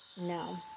No